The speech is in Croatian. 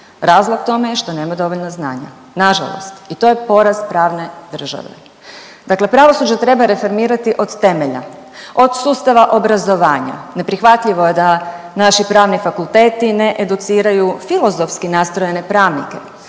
razlog tome je što nema dovoljno znanja, nažalost i to je poraz pravne države. Dakle pravosuđe treba reformirati od temelja, od sustava obrazovanja, neprihvatljivo je da naši pravni fakulteti ne educiraju filozofski nastrojene pravnike,